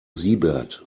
siebert